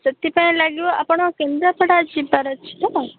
ସେଥିପାଇଁ ଲାଗିବ ଆପଣ କେଦ୍ରାପଡ଼ା ଯିବାର ଅଛି ତ